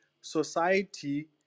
society